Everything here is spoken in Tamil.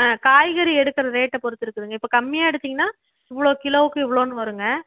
ஆ காய்கறி எடுக்கிற ரேட்டை பொறுத்து இருக்குதுங்க இப்போ கம்மியாக எடுத்தீங்கன்னால் இவ்வளோ கிலோவுக்கு இவ்வளோன்னு வருங்க